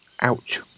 Ouch